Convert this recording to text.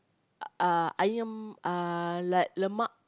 ayam lemak